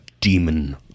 demon